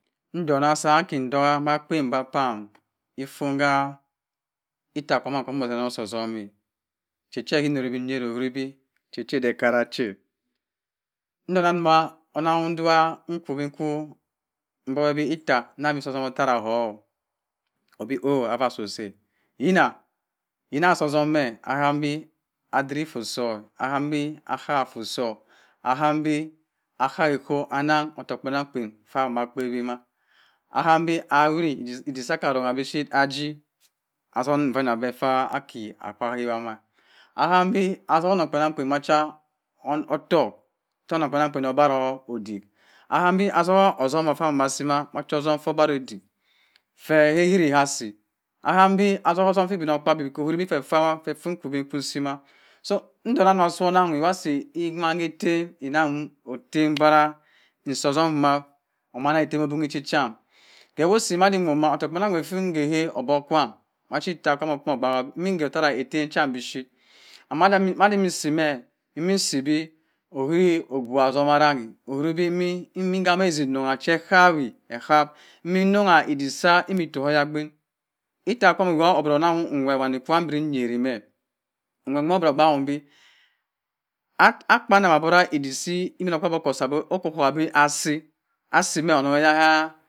. Nduna asah akin ntoha mah akpen bah pam efongha ita kwam moh utimi osoh otumeh cheche hinorem mbi nyeñ owunbi eche che edie akara che noma onum she duma nkwubi nkwu mbo wobi ita oso osom otera hh obi ohasu usi eh inah inah soh osomeh ahambi adiri efforr soh ahambi aha efforr soh ahambi aha eko anang kuh otokk kpehang kpen fah mah akpewema ahambi awuri echsa okara mah bi shep aji osohen kah ehameffa aki akwa ahewa mah ahambi oso onung kpenang kpen ma cha otok otonong kpenang kpen oboro udik ahambi otogho otom obaro udik ahambi asoho osom boh fah ama asi mah acho otom foh abaro udik feh keri hiri hasi ahambi atosho osom fi obinokpabi ohiribi feh fah feh fum kwu binsima so ndona na asi onanghe wah asi ewan etem enanghem otem gbera nsoh osom omana etem cham kewusi madinwop mah otokk kpenang kpen fingeh obok kwam mah chi etah kwum okwo ogbaha nge otera etem cham bishep amada misi meh mmi nsibi ohe ogwa otom aranghe ohuribi mimin nghami esek nungha mimin che kawi ehawi mmi nungha edik sah emi toh oyagbin ita kwam oboro oneham nwer wori kwam biri nyeri meh nwer nwo woro ogbambi akpanem abora idik si obinokpabi koh osah okokogba bah asi asi meh onung oyagha.